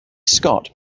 scott